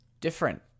different